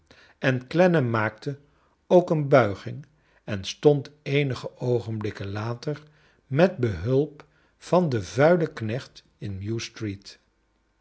en clennam maakte ook een buiging en stond eenige oogenblikken later met behulp van den vuilen knecht in mews street